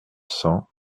cents